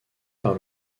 par